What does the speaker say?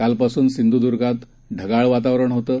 कालपासूनसिंधुदुर्गातढगाळवातावरणहोतं